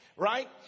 Right